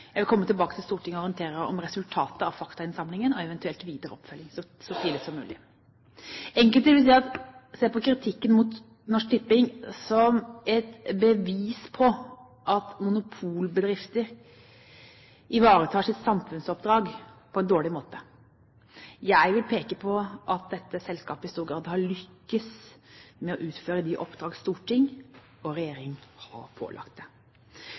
Jeg vil komme tilbake til Stortinget og orientere om resultatet av faktainnsamlingen og eventuell videre oppfølging så tidlig som mulig. Enkelte vil se på kritikken mot Norsk Tipping som et bevis på at monopolbedrifter ivaretar sitt samfunnsoppdrag på en dårlig måte. Jeg vil peke på at dette selskapet i stor grad har lyktes med å utføre de oppdrag storting og regjering har pålagt det.